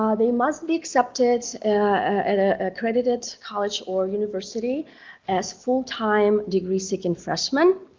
um they must be accepted at a credited college or university as full-time degree-seeking freshmen.